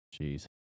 Jeez